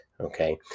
okay